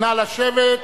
נא לשבת,